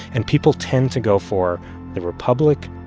and people tend to go for the republic,